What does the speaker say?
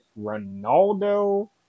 Ronaldo